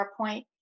PowerPoint